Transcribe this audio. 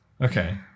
Okay